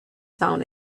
town